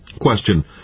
Question